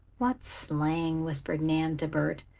what slang! whispered nan, to bert.